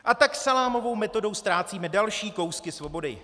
A tak salámovou metodou ztrácíme další kousky svobody.